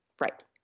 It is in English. Right